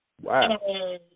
wow